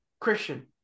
Christian